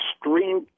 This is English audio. extreme